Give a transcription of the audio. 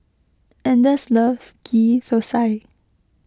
anders loves Ghee Thosai